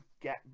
get